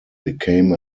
became